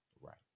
Right